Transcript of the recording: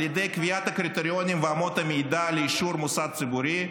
על ידי קביעת הקריטריונים ואמות המידה לאישור מוסד ציבורי,